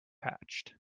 hatched